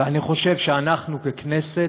ואני חושב שאנחנו ככנסת,